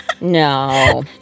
No